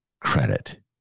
credit